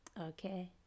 Okay